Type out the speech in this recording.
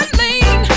lean